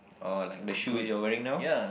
oh like the shoe you're wearing now